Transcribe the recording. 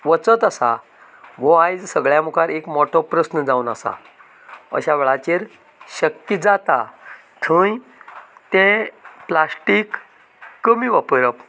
वचत आसा हो आयज सगळ्यां मुखार एक मोठो प्रस्न जावन आसा अश्या वेळाचेर शक्य जाता थंय तें प्लास्टीक कमी वापरप